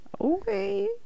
okay